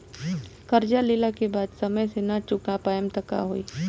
कर्जा लेला के बाद समय से ना चुका पाएम त का होई?